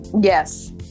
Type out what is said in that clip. yes